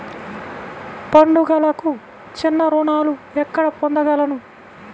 పండుగలకు చిన్న రుణాలు ఎక్కడ పొందగలను?